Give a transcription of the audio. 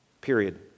Period